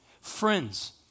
Friends